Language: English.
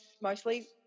mostly